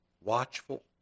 watchful